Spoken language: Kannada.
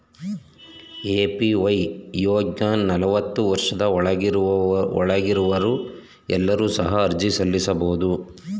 ಎ.ಪಿ.ವೈ ಯೋಜ್ನ ನಲವತ್ತು ವರ್ಷದ ಒಳಗಿನವರು ಎಲ್ಲರೂ ಸಹ ಅರ್ಜಿ ಸಲ್ಲಿಸಬಹುದು